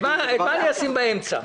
את מה אשים באמצע?